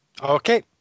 Okay